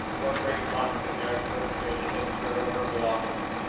what great harm could harris perpetrate against her or her belongings?